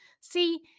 See